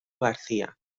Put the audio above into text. garcía